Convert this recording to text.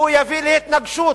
הוא יביא להתנגשות.